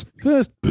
First